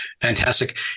fantastic